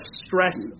stress